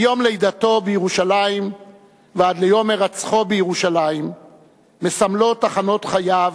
מיום לידתו בירושלים ועד ליום הירצחו בירושלים מסמלות תחנות חייו,